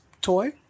toy